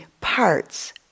parts